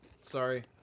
Sorry